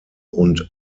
und